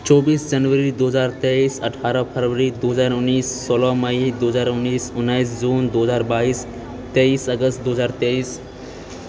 चौबीस जनवरी दू हजार तेइस अठारह फरवरी दू हजार उन्नैस सोलह मइ दू हजार उन्नैस उन्नैस जून दू हजार बाइस तेइस अगस्त दू हजार तेइस